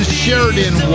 sheridan